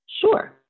Sure